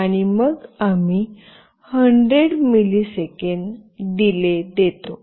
आणि मग आम्ही 100 मिलिसेकंद डिले देतो